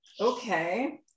Okay